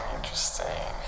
Interesting